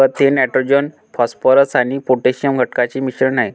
खत हे nitrogen phosphorus आणि पोटॅशियम घटकांचे मिश्रण आहे